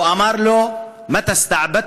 הוא אמר לו: (אומר בערבית: